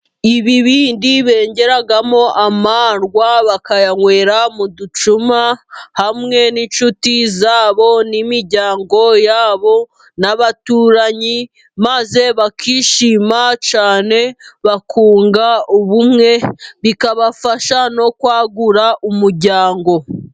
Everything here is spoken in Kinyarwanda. Ibi bindi bengeramo amarwa, bakayanywera mu ducuma hamwe n'inshuti zabo n'imiryango yabo n'abaturanyi, maze bakishima cyane bakunga ubumwe bikabafasha no kwagura umuryango.